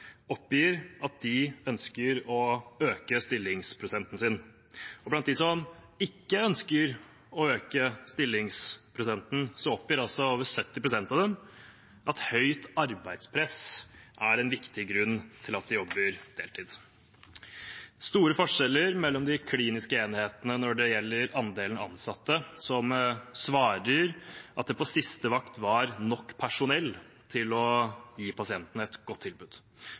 oppgir at de ønsker å øke stillingsprosenten sin, og blant dem som ikke ønsker å øke stillingsprosenten, oppgir over 70 pst. at høyt arbeidspress er en viktig grunn til at de jobber deltid. Det er store forskjeller mellom de kliniske enhetene når det gjelder andelen ansatte som svarer at det på siste vakt var nok personell til å gi pasientene et godt tilbud.